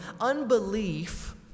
Unbelief